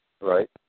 Right